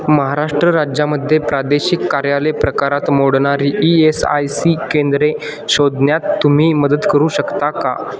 महाराष्ट्र राज्यामध्ये प्रादेशिक कार्यालय प्रकारात मोडणारी ई एस आय सी केंद्रे शोधण्यात तुम्ही मदत करू शकता का